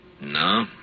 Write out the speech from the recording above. No